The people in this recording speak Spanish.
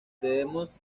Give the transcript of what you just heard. debemos